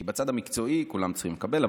כי בצד המקצועי כולם צריכים לקבל.